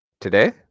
Today